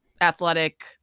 athletic